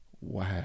wow